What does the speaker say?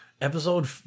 episode